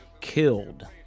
killed